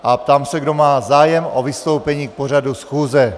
A ptám se, kdo má zájem o vystoupení k pořadu schůze.